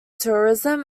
tourism